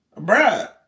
Bruh